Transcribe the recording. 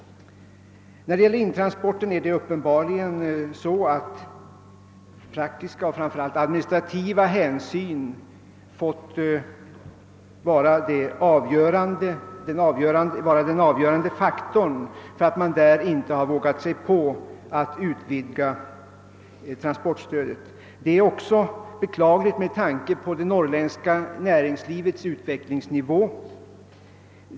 När det gäller intransporterna är det uppenbarligen så, att praktiska och framför allt administrativa hänsyn fått vara de avgörande faktorerna som talat mot ett utvidgat transportstöd. Det är också beklagligt med tanke på det norrländska näringslivets utvecklingsnivå.